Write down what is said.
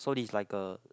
so it's like a